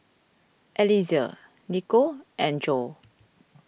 Eliezer Nikko and Jo